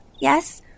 Yes